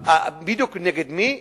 שבדיוק נגד מי,